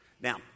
Now